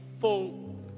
full